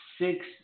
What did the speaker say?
six